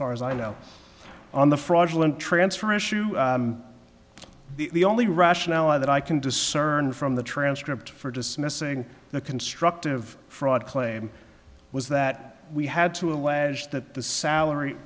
far as i know on the fraudulent transfer issue the only rationale that i can discern from the transcript for dismissing the constructive fraud claim was that we had to allege that the salary